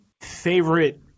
favorite